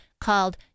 called